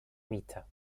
mixta